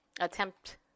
attempt